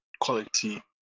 quality